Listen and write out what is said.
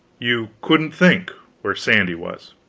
you couldn't think, where sandy was.